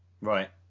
Right